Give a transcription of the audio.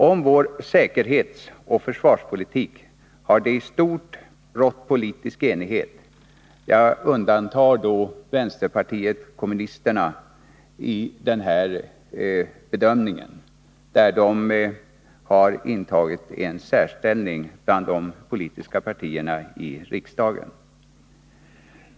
Om vår säkerhetsoch försvarspolitik har det i stort rått politisk enighet — jag undantar då i den här bedömningen vänsterpartiet kommunisterna, som har intagit en särställning bland de politiska partierna i riksdagen.